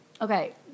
Okay